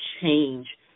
change